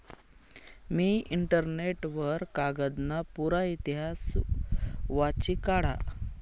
मी internet वर कागदना पुरा इतिहास वाची काढा